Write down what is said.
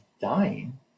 dying